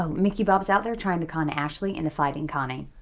ah mickey bob is out there trying to con ashley into fighting connie.